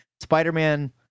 Spider-Man